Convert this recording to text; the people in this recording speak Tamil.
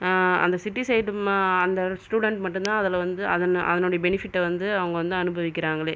அந்த சிட்டி சைடு ம அந்த ஸ்டுடன்ட் மட்டும் தான் அதில் வந்து அதன் அதன்னுடைய பெனிபிட்டை வந்து அவங்க வந்து அனுபவிக்கிறாங்களே